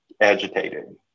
agitated